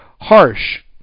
harsh